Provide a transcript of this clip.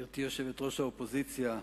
גברתי יושבת-ראש האופוזיציה,